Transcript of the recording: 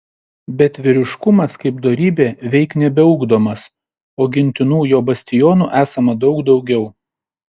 bet vyriškumas kaip dorybė veik nebeugdomas o gintinų jo bastionų esama daug daugiau